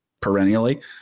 perennially